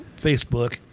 facebook